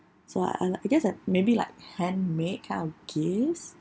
so I like I guess like maybe like handmade kind of gifts